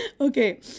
okay